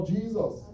Jesus